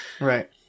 Right